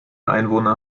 einwohner